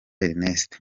ernest